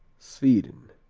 sweden